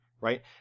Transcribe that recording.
right